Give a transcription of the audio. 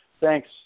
thanks